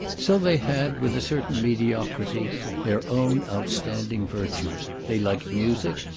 so they had, with a certain mediocrity their own outstanding virtues. they liked music,